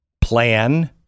Plan